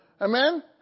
Amen